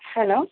hello